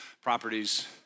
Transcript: properties